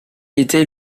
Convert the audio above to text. était